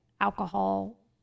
alcohol